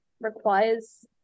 requires